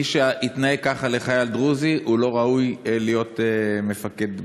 מי שהתנהג ככה לחייל דרוזי לא ראוי להיות מפקד בצה"ל.